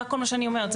זה כל מה שאני אומרת,